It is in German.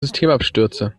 systemabstürze